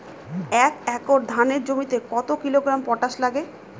এক একর ধানের জমিতে কত কিলোগ্রাম পটাশ লাগে?